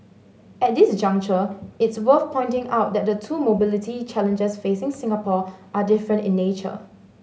at this juncture it's worth pointing out that the two mobility challenges facing Singapore are different in nature